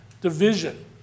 division